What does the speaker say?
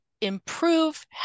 improve